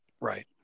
Right